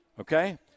okay